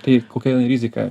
tai kokia rizika